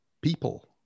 people